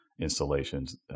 installations